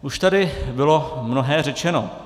Už tady bylo mnohé řečeno.